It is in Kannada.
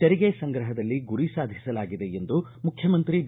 ತೆರಿಗೆ ಸಂಗ್ರಹದಲ್ಲಿ ಗುರಿ ಸಾಧಿಸಲಾಗಿದೆ ಎಂದು ಮುಖ್ಯಮಂತ್ರಿ ಬಿ